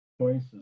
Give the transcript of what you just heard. choices